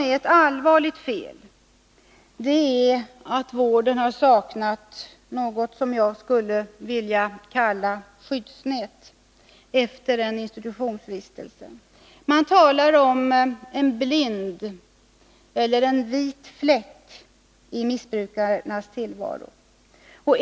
Ett allvarligt fel är att vården saknat vad jag skulle vilja kalla ”skyddsnät” efter en institutionsvistelse. Man talar om en blind eller vit fläck i missbrukarnas tillvaro.